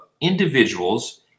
individuals